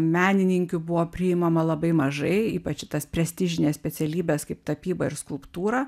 menininkių buvo priimama labai mažai ypač į tas prestižines specialybes kaip tapyba ir skulptūra